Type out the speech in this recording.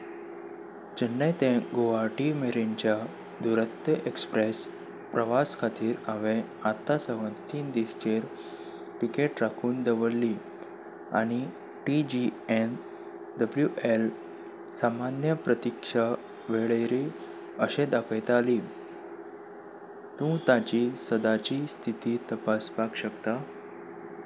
चन्नय ते गुवहाटी मेरेनच्या दुरत्य एक्सप्रेस प्रवासा खातीर हांवें आतां सावन तीन दीसचेर टिकेट राखून दवरली आनी T G N W L सामान्य प्रतिक्षा वळेरी अशें दाखयताली तूं ताची सदांची स्थिती तपासपाक शकता